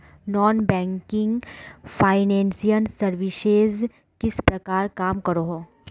Non banking financial services किस प्रकार काम करोहो?